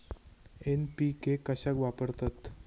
NPK कशाक वापरतत?